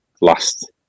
last